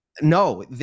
No